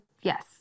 yes